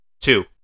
Two